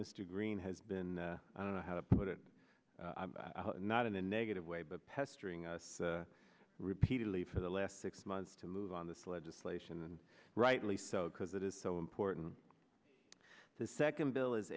mr green has been i don't know how to put it i'm not in a negative way but pestering us repeatedly for the last six months to move on this legislation and rightly so because it is so important the second bill is